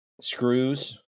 screws